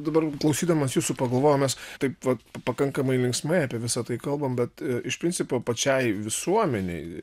dabar klausydamas jūsų pagalvojau mes taip vat pakankamai linksmai apie visa tai kalbam bet iš principo pačiai visuomenei